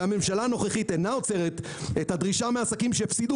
והממשלה הנוכחית אינה עוצרת את הדרישה מעסקים שהפסידו